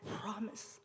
promise